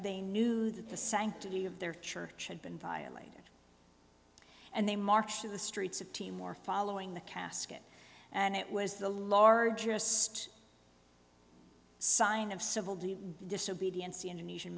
they knew that the sanctity of their church had been violated and they marched through the streets of timor following the casket and it was the largest sign of civil disobedience the indonesian